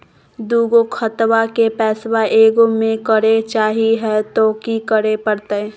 दू गो खतवा के पैसवा ए गो मे करे चाही हय तो कि करे परते?